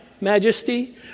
majesty